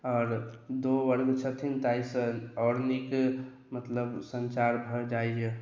आओर दू वर्ग छथिन ताहिसँ आओर नीक मतलब सञ्चार भऽ जाइए